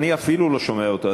אפילו אני לא שומע אותו,